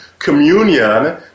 communion